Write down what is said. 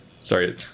Sorry